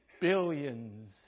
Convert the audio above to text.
Billions